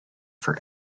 for